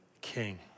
king